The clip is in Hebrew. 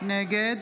נגד